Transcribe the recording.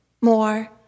more